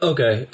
Okay